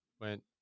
went